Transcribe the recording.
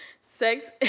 Sex